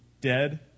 dead